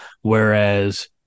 whereas